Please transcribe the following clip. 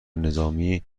نظامی